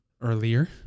earlier